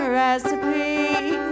recipe